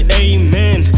amen